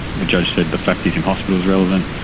the judge said the fact he's in hospital is relevant.